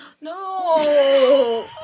No